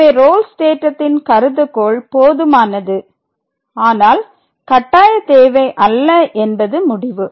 எனவே ரோல்ஸ் தேற்றத்தின் கருதுகோள் போதுமானது ஆனால் கட்டாயத் தேவை அல்ல என்பது முடிவு